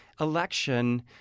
election